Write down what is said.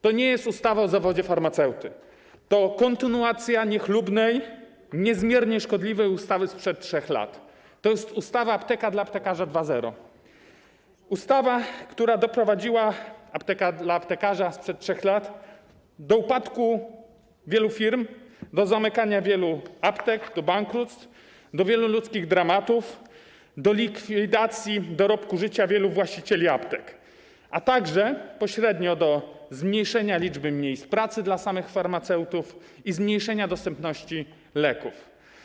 To nie jest ustawa o zawodzie farmaceuty, to kontynuacja niechlubnej, niezmiernie szkodliwej ustawy sprzed 3 lat, to jest ustawy apteka dla aptekarza 2.0, ustawy, która doprowadziła do upadku wielu firm, do zamknięcia wielu aptek, do bankructw, do wielu ludzkich dramatów, do likwidacji dorobku życia wielu właścicieli aptek, a także pośrednio do zmniejszenia liczby miejsc pracy dla samych farmaceutów i zmniejszenia dostępności leków.